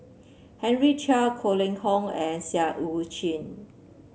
Henry Chia Goh Kheng Long and Seah Eu Chin